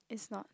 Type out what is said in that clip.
is not